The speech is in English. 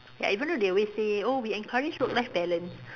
ya even though they always say oh we encourage work life balance